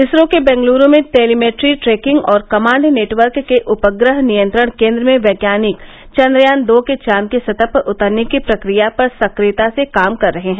इसरो के बेंगलुरू में telemetry tracking और कमांड नेटवर्क के उपग्रह नियंत्रण केंद्र में वैज्ञानिक चंद्रयान दो के चांद की सतह पर उतरने की प्रक्रिया पर सक्रियता से काम कर रहे हैं